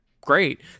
great